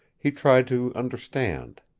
he tried to understand.